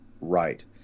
right